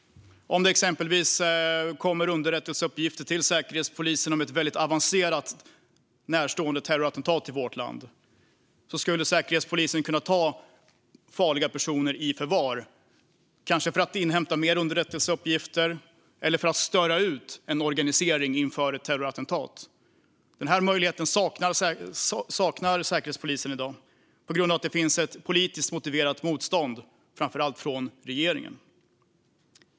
Om det exempelvis kommer underrättelseuppgifter till Säkerhetspolisen om ett väldigt avancerat nära förestående terrorattentat i vårt land skulle Säkerhetspolisen kunna ta farliga personer i förvar, kanske för att inhämta mer underrättelseuppgifter eller för att störa ut en organisering inför ett terrorattentat. Denna möjlighet saknar Säkerhetspolisen i dag på grund av att det finns ett politiskt motiverat motstånd, framför allt från regeringen.